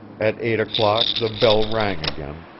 at eight o'clock the bell rang again,